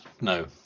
No